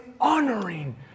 honoring